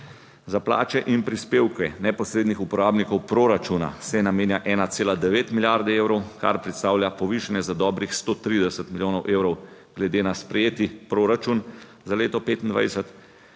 Za plače in prispevke neposrednih uporabnikov proračuna se namenja 1,9 milijarde evrov, kar predstavlja povišanje za dobrih 130 milijonov evrov glede na sprejeti proračun za leto 2025.